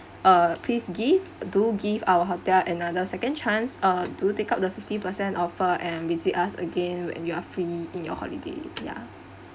uh please give do give our hotel another second chance uh do take up the fifty per cent offer and visit us again when you are free in your holiday ya